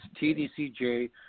TDCJ